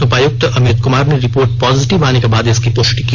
उपायुक्त अमित कुमार ने report positive आने के बाद इसकी पुष्टि की